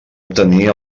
obtenir